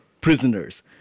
prisoners